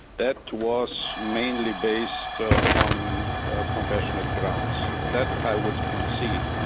that was mainly based on compassionate grounds. that i would concede.